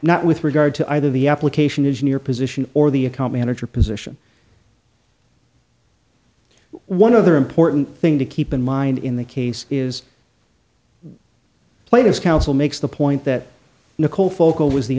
not with regard to either the application is near position or the account manager position one of the important thing to keep in mind in the case is played as counsel makes the point that nicole focal was the